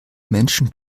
menschen